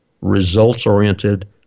results-oriented